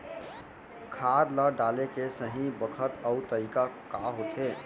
खाद ल डाले के सही बखत अऊ तरीका का होथे?